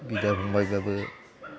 बिदा फंबायबाबो